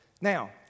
Now